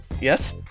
Yes